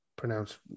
pronounced